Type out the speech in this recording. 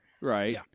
right